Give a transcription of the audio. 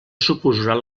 suposarà